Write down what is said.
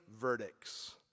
verdicts